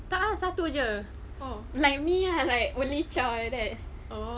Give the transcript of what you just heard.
tak ah satu jer like me lah like only child like that